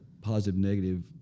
positive-negative